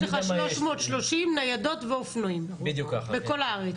יש לך 330 ניידות ואופנועים בכל הארץ.